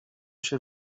sie